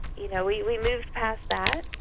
you know we we moved past that,